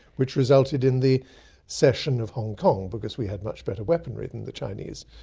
which resulted in the succession of hong kong because we had much better weaponry than the chinese.